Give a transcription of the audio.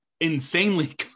insanely